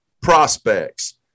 prospects